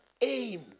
aim